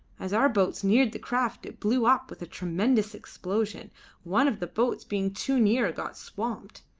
as our boats neared the craft it blew up with a tremendous explosion one of the boats being too near got swamped.